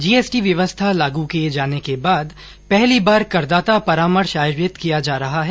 GST व्यवस्था लागू किये जाने के बाद पहली बार करदाता परामर्श आयोजित किया जा रहा है